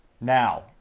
Now